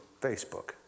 Facebook